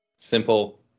Simple